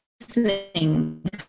listening